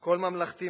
קול ממלכתי,